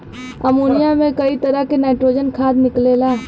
ammonia से कई तरह क नाइट्रोजन खाद निकलेला